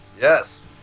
Yes